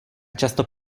často